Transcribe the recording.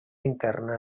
interna